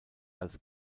als